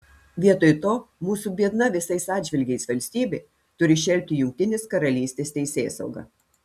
vietoj to mūsų biedna visais atžvilgiais valstybė turi šelpti jungtinės karalystės teisėsaugą